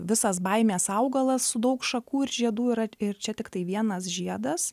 visas baimes augalas su daug šakų ir žiedų yra ir čia tiktai vienas žiedas